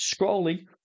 scrolling